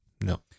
No